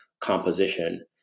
composition